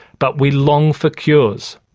but we long for cures.